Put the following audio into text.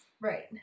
right